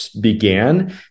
Began